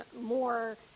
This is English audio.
more